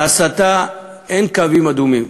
להסתה אין קווים אדומים.